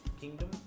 Kingdom